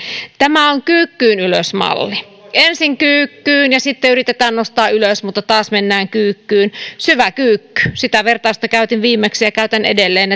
tämä on kyykkyyn ylös malli ensin kyykkyyn ja sitten yritetään nostaa ylös mutta taas mennään kyykkyyn syväkyykky sitä vertausta käytin viimeksi ja käytän edelleen